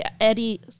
Eddie